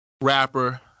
rapper